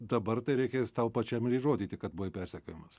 dabar tai reikės tau pačiam ir įrodyti kad buvai persekiojamas